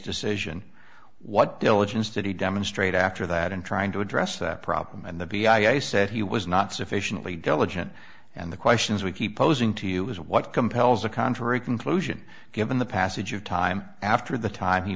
decision what diligence did he demonstrate after that in trying to address that problem and that be i said he was not sufficiently diligent and the questions we keep posing to you is what compels a contrary conclusion given the passage of time after the time he